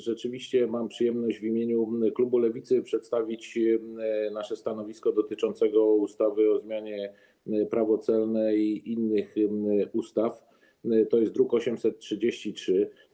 Rzeczywiście mam przyjemność w imieniu klubu Lewicy przedstawić nasze stanowisko dotyczące ustawy o zmianie ustawy - Prawo celne i innych ustaw, druk nr 833.